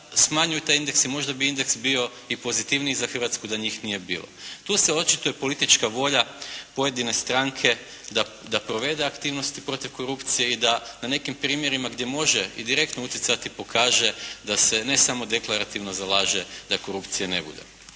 smanjuju taj indeks i možda bi indeks bio i pozitivniji za Hrvatsku da njih nije bilo. Tu se očituje politička volja pojedine stranke da provede aktivnosti protiv korupcije i da na nekim primjerima gdje može i direktno utjecati pokaže da se ne samo deklarativno zalaže da korupcije ne bude.